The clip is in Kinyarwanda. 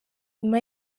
nyuma